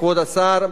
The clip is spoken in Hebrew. כבוד השר,